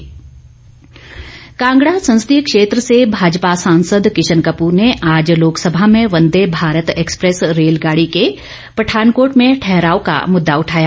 किशन कप्र कांगडा संसदीय क्षेत्र से भाजपा सांसद किशन कपूर ने आज लोकसभा में वन्दे भारत एक्सप्रेस रेलगाड़ी के पठानकोट में ठहराव का मुद्दा उठाया